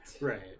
right